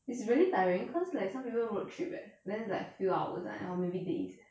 is really tiring cause like some people road trip eh then is like few hours like or maybe days